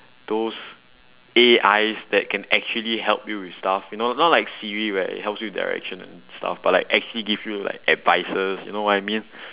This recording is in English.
those A_I that can actually help you with stuff you know not like siri right it helps you with direction and stuff but like actually give you like advices you know what I mean